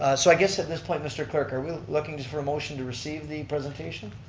so i guess at this point, mr. clerk, are we looking just for a motion to receive the presentation?